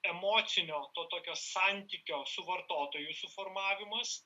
emocinio to tokio santykio su vartotoju suformavimas